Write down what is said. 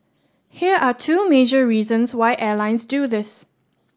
here are two major reasons why airlines do this